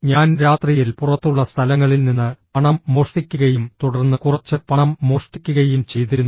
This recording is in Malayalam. ഞാൻ രാത്രിയിൽ പുറത്തുള്ള സ്ഥലങ്ങളിൽ നിന്ന് പണം മോഷ്ടിക്കുകയും തുടർന്ന് കുറച്ച് പണം മോഷ്ടിക്കുകയും ചെയ്തിരുന്നു